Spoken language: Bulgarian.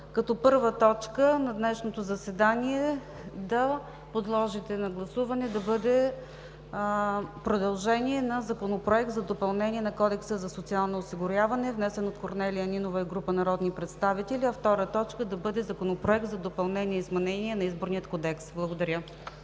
първа точка от днешния дневен ред да бъде продължение на Законопроекта за допълнение на Кодекса за социално осигуряване, внесен от Корнелия Нинова и група народни представители, а втора точка да бъде Законопроект за изменение и допълнение на Изборния кодекс. Благодаря.